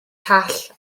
call